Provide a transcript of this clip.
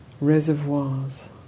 reservoirs